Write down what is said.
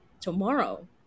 tomorrow